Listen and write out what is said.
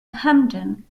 hamden